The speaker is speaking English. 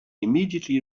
immediately